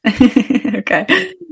okay